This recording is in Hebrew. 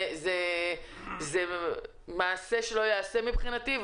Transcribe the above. זה מעשה שלא ייעשה מבחינתי.